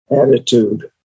attitude